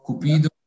Cupido